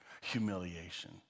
humiliation